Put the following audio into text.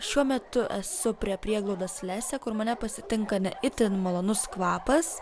šiuo metu esu prie prieglaudos lesė kur mane pasitinka ne itin malonus kvapas